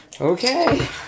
Okay